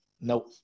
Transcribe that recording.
nope